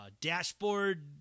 Dashboard